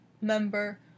member